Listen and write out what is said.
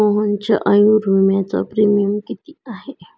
मोहनच्या आयुर्विम्याचा प्रीमियम किती आहे?